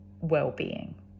well-being